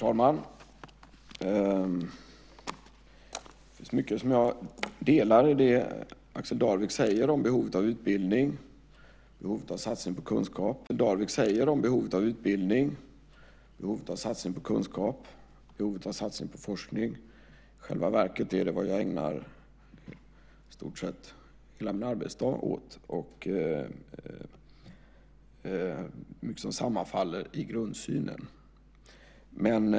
Herr talman! Jag kan instämma i mycket av det som Axel Darvik säger om behovet av utbildning, behovet av satsning på kunskap och behovet av satsning på forskning. I själva verket är det vad jag ägnar i stort sett hela min arbetsdag åt. Det är mycket som sammanfaller i grundsynen.